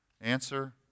Answer